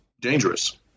dangerous